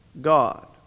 God